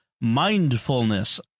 mindfulness